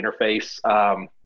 interface